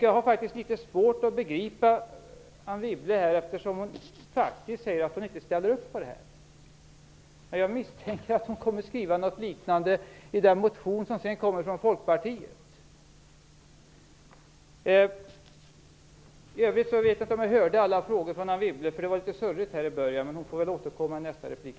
Jag har faktiskt litet svårt att förstå Anne Wibble, eftersom hon säger att hon inte ställer upp på detta. Jag misstänker att hon sedan kommer att skriva något liknande i Folkpartiets motion. I övrigt vet jag inte om jag hörde alla frågor som Anne Wibble ställde. Det var litet surrigt här. Hon får väl återkomma i nästa replik.